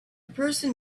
person